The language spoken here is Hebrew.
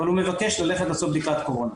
אבל הוא מבקש ללכת לעשות בדיקת קורונה.